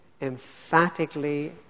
emphatically